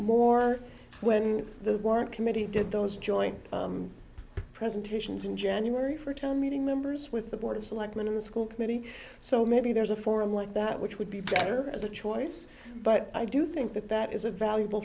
more when the work committee did those joint presentations in january for a town meeting members with the board of selectmen in the school committee so maybe there's a forum like that which would be better as a choice but i do think that that is a valuable